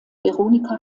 veronika